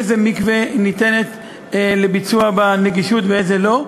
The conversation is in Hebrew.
איזה מקווה ניתן לבצע בה נגישות ואיזה לא.